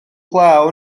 glaw